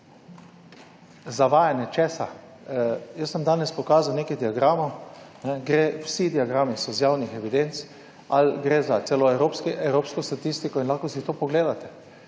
Zavajanje česa? Jaz sem danes pokazal nekaj diagramov. Vsi diagrami so iz javnih evidenc. Ali gre za celo evropsko, evropsko statistiko in lahko si to pogledate.